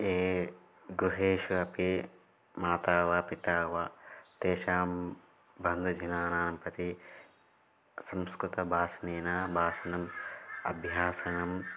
ये गृहेषु अपि माता वा पिता वा तेषां बन्धुजनान् प्रति संस्कृतभाषणेन भाषणम् अभ्यासनं